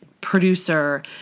producer